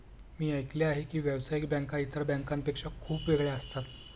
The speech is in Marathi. मी ऐकले आहे की व्यावसायिक बँका इतर बँकांपेक्षा खूप वेगळ्या असतात